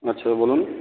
আচ্ছা বলুন